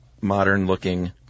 modern-looking